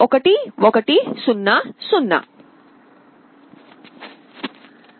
1 0 0